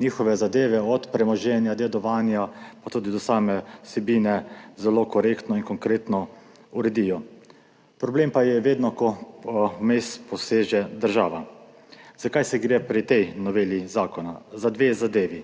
njihove zadeve od premoženja, dedovanja pa tudi do same vsebine zelo korektno in konkretno uredijo. Problem pa je vedno, ko vmes poseže država. Zakaj gre pri tej noveli zakona? Za dve zadevi.